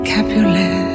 Capulet